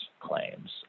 claims